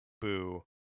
Boo